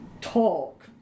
talk